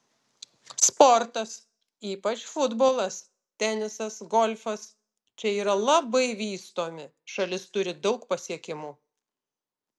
sportas ypač futbolas tenisas golfas čia yra labai vystomi šalis turi daug pasiekimų